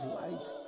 light